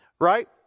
right